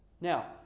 Now